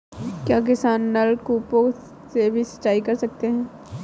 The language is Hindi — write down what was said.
क्या किसान नल कूपों से भी सिंचाई कर सकते हैं?